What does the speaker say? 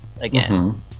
again